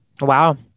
Wow